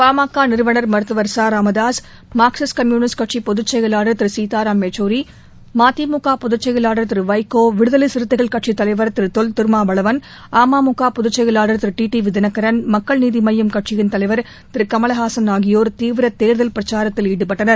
பாமக நிறுவன தலைவர் மருத்துவர் ராமதாஸ் மார்க்சிஸ்ட் கம்யூனிஸ்ட் கட்சியின் பொதுச் செயலாளர் திரு சீதாராம் யெக்சூரி மதிமுக பொதுச் செயலாளர் திரு வைகோ விடுதலை சிறுத்தைகள் கட்சி தலைவர் திருதொல் திருமாவளவன் அமுமக பொதுச் செயலாளர் திரு டி டி வி தினகரன் மக்கள் நீதி மய்யம் கட்சியின் தலைவர் திரு கமல் ஹாசன் ஆகியோர் தீவிர தேர்தல் பிரச்சாரத்தில் ஈடுபட்டனர்